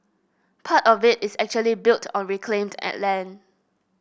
part of it is actually built on reclaimed land